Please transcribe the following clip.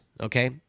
Okay